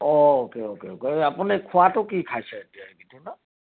অঁ okay okay okay আপুনি খোৱাতো কি খাইছে এতিয়া এইকেইদিনত